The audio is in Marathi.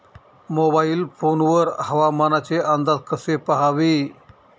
मोबाईल फोन वर हवामानाचे अंदाज कसे पहावे?